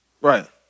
Right